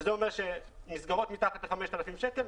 שזה אומר שמסגרות מתחת ל-5,000 שקלים,